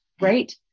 right